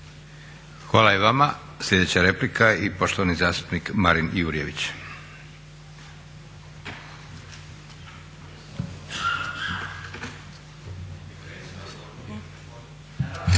Hvala i vama. Sljedeća replika i poštovani zastupnik Marin Jurjević.